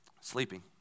sleeping